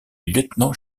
lieutenant